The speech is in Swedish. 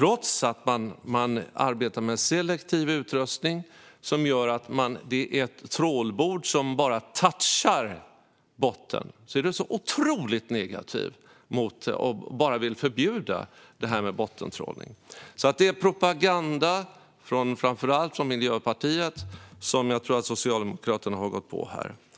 är att man arbetar med selektiv utrustning där det är ett trålbord som bara touchar botten, men trots detta är du otroligt negativ och vill bara förbjuda bottentrålning. Det är propaganda från framför allt Miljöpartiet som jag tror att Socialdemokraterna har gått på här.